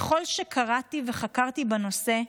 ככל שקראתי וחקרתי בנושא,